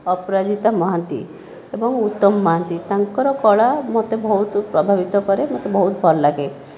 ଅପରାଜିତା ମହାନ୍ତି ଏବଂ ଉତ୍ତମ ମହାନ୍ତି ତାଙ୍କର କଳା ମୋତେ ବହୁତ ପ୍ରଭାବିତ କରେ ମୋତେ ବହୁତ ଭଲଲାଗେ